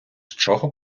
чого